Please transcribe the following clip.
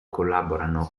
collaborano